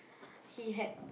he had